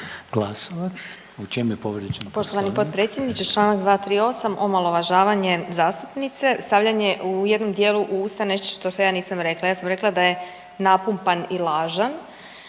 U čem je povrijeđen Poslovnik?